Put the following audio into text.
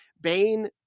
Bane